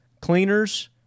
cleaners